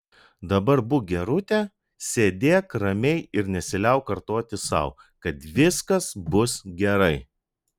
dabar būk gerutė sėdėk ramiai ir nesiliauk kartoti sau kad viskas bus gerai